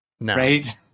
right